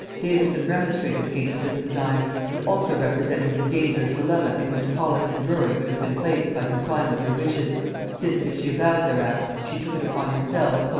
davison remonstrated against this design and also represented the dangerous dilemma in which paulet and drury would have been placed by complying with her wishes since, if she avowed their act, she took it upon herself,